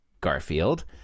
Garfield